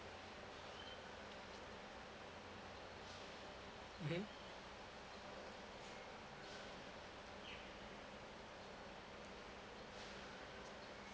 mmhmm